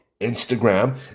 Instagram